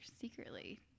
secretly